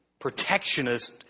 protectionist